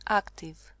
active